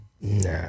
Nah